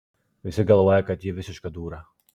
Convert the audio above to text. visi galvoja kad ji visiška dūra